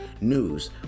News